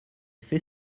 fait